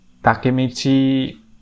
Takemichi